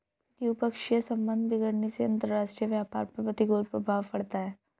द्विपक्षीय संबंध बिगड़ने से अंतरराष्ट्रीय व्यापार पर प्रतिकूल प्रभाव पड़ता है